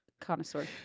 connoisseur